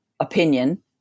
opinion